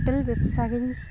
hotel ᱵᱮᱵᱥᱟᱜᱤᱧ